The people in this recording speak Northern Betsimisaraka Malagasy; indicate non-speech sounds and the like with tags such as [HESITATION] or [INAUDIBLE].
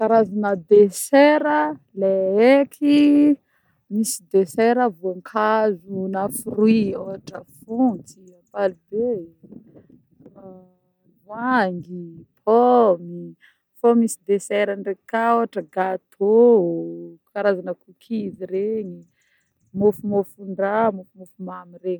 Karazagna desera le eky: misy desera vônkazo na fruits ôhatra fotsy, ampalibe, [HESITATION] voangy, pômy fô misy desera ndreky koà ôhatra gatô, karazagna cookies regny, mofomofon-draha, mofomofo mamy regny.